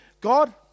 God